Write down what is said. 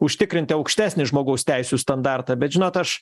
užtikrinti aukštesnį žmogaus teisių standartą bet žinot aš